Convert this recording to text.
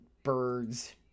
birds